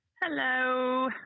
Hello